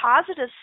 positive